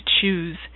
choose